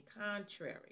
contrary